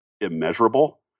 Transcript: immeasurable